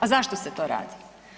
A zašto se to radi?